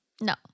No